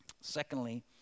Secondly